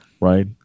Right